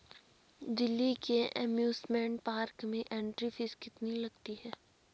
दिल्ली के amusement park में entry fee कितनी लगती है?